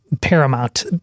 paramount